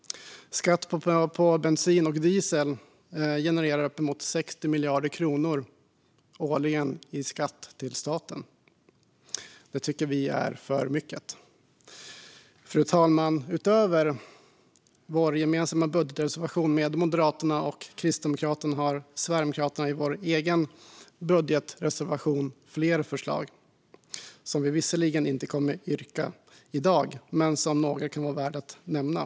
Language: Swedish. Skatt på bensin och diesel genererar uppemot 60 miljarder kronor årligen till staten. Det tycker vi är för mycket. Fru talman! Utöver vår gemensamma budgetreservation med Moderaterna och Kristdemokraterna har Sverigedemokraterna i vår egen budgetreservation flera förslag som vi visserligen inte kommer att yrka bifall till i dag men som kan vara värda att nämna.